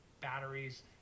batteries